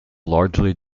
largely